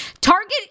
Target